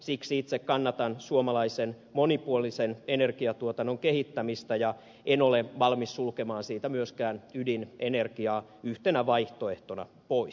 siksi itse kannatan suomalaisen monipuolisen energiatuotannon kehittämistä enkä ole valmis sulkemaan siitä myöskään ydinenergiaa yhtenä vaihtoehtona pois